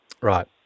right